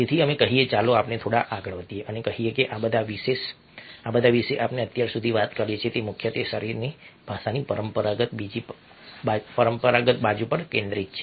તેથી એમ કહીને ચાલો આપણે થોડા આગળ વધીએ અને કહીએ કે આ બધા વિશે આપણે અત્યાર સુધી વાત કરી છે તે મુખ્યત્વે શરીરની ભાષાની પરંપરાગત બાજુ પર કેન્દ્રિત છે